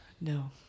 No